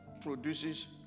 produces